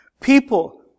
People